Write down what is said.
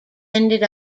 ended